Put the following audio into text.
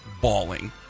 bawling